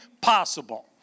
possible